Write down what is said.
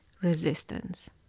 resistance